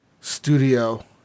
studio